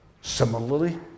Similarly